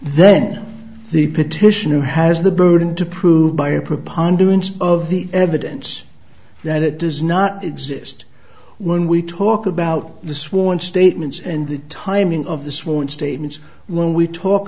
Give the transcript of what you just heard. then the petitioner has the burden to prove by a preponderance of the evidence that it does not exist when we talk about the sworn statements and the timing of the sworn statements when we talk